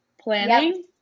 planning